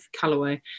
Callaway